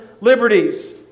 liberties